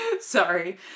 Sorry